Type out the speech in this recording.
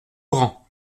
grand